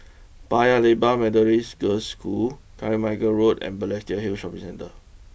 Paya Lebar Methodist Girls' School Carmichael Road and Balestier Hill Shopping Centre